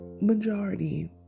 majority